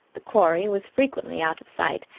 the quarry was frequently out of sight.